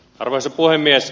arvoisa puhemies